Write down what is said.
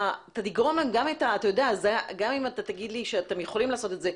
אתה תגיד לי שאתם יכולים לעשות את זה,